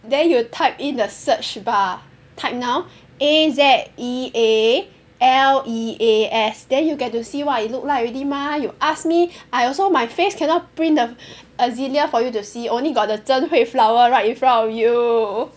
then you type in the search bar type now A Z E A L E A S then you get to see what it look like already mah you ask me I also my face cannot print the azalea for you to see only got the 真会 flower right in front of you